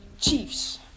Chiefs